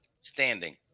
Standing